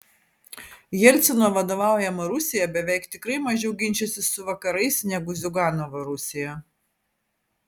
jelcino vadovaujama rusija beveik tikrai mažiau ginčysis su vakarais negu ziuganovo rusija